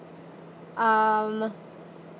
um